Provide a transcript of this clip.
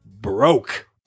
broke